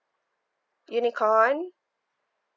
unicorn